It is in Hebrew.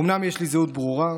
אומנם יש לי זהות ברורה,